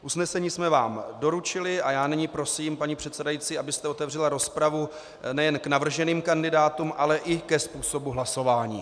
Usnesení jsme vám doručili a já nyní prosím, paní předsedající, abyste otevřela rozpravu nejen k navrženým kandidátům, ale i ke způsobu hlasování.